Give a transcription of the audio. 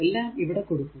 എല്ലാം ഇവിടെ കൊടുക്കുക